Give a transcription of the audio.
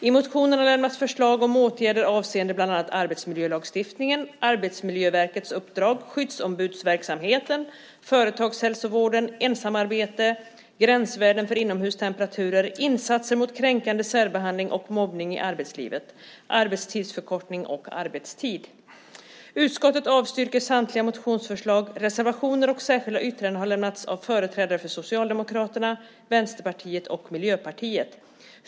I motioner har lämnats förslag till åtgärder avseende bland annat arbetsmiljölagstiftning, Arbetsmiljöverkets uppdrag, skyddsombudsverksamhet, företagshälsovård, ensamarbete, gränsvärden för inomhustemperaturer, insatser mot kränkande särbehandling och mobbning i arbetslivet, arbetstidsförkortning och arbetstid. Utskottet avstyrker samtliga motionsförslag. Reservationer och särskilda yttranden har lämnats av företrädare för Socialdemokraterna, Vänsterpartiet och Miljöpartiet.